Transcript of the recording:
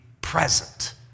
present